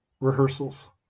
rehearsals